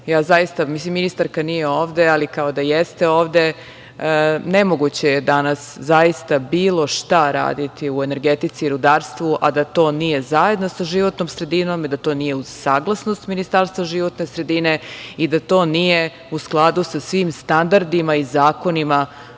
Ja zaista, mislim ministarka nije ovde, ali kao da jeste ovde. Nemoguće je danas zaista bilo šta raditi u energetici i rudarstvu, a da to nije zajedno sa životnom sredinom i da to nije uz saglasnosti Ministarstva životne sredine i da to nije u skladu sa svim standardima i zakonima